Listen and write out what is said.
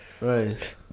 Right